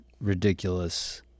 ridiculous